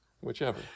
whichever